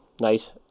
nice